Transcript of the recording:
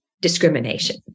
discrimination